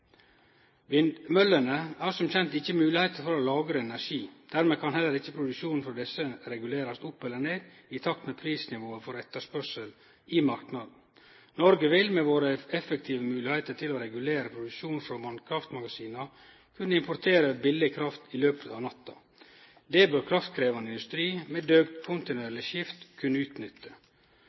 Vindmøllene har som kjent ikkje moglegheit for å lagre energi. Dermed kan heller ikkje produksjonen frå desse regulerast opp eller ned i takt med prisnivå og etterspørsel i marknaden. Noreg vil – med våre effektive moglegheiter til å regulere produksjon frå vasskraftmagasina – kunne importere billig kraft i løpet av natta. Det bør kraftkrevjande industri, med døgnkontinuerleg skift, kunne utnytte.